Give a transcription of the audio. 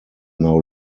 now